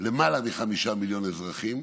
למעלה מחמישה מיליון אזרחים,